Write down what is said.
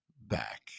back